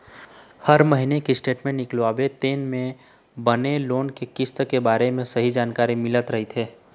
हर महिना के स्टेटमेंट निकलवाबे तेन म बने लोन के किस्त के बारे म सहीं जानकारी मिलत रहिथे